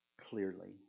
clearly